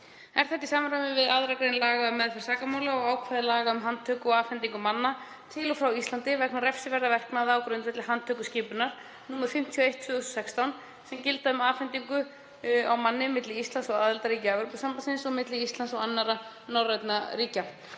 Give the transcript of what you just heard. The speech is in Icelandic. Er þetta í samræmi við 2. gr. laga um meðferð sakamála og ákvæði laga um handtöku og afhendingu manna til og frá Íslandi vegna refsiverðra verknaða, á grundvelli handtökuskipunar, nr. 51/2016, sem gilda um afhendingu á manni milli Íslands og aðildarríkja Evrópusambandsins og milli Íslands og annarra norrænna ríkja,